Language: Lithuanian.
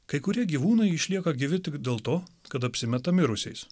kai kurie gyvūnai išlieka gyvi tik dėl to kad apsimeta mirusiais